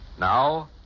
Now